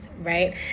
right